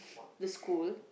the school